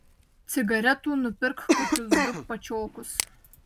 cigaretų nupirk kokius du pačiokus